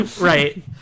Right